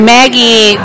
Maggie